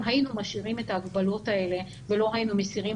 אם היינו משאירים את ההגבלות האלה ולא היינו מסירים